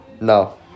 No